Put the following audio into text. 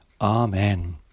Amen